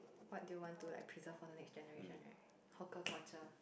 what do you want to like preserve for the next generation right hawker culture